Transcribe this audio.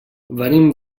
venim